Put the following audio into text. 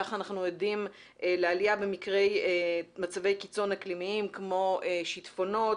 ככה אנחנו עדים לעלייה במקרי מצבי קיצון אקלימיים כמו שיטפונות,